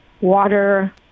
water